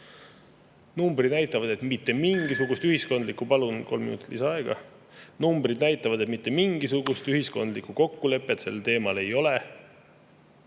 Numbrid näitavad, et mitte mingisugust ühiskondlikku … Palun kolm minutit lisaaega. Numbrid näitavad, et mitte mingisugust ühiskondlikku kokkulepet sel teemal ei ole.